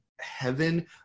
heaven